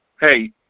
hey